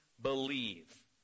Believe